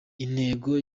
intego